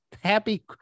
happy